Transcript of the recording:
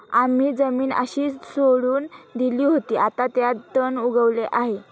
आम्ही जमीन अशीच सोडून दिली होती, आता त्यात तण उगवले आहे